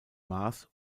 mars